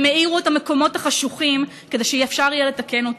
הם האירו את המקומות החשוכים כדי שאפשר יהיה לתקן אותם.